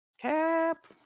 Cap